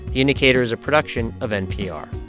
the indicator is a production of npr